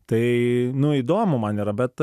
tai nu įdomu man yra bet